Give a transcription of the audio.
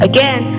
Again